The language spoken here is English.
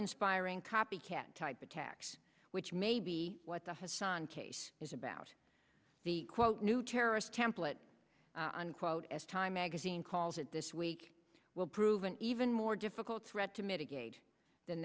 inspiring copycat type attacks which may be what the hasan case is about the quote new terrorist template unquote as time magazine calls it this week will prove an even more difficult read to mitigate than